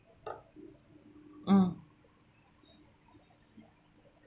mm